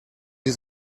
sie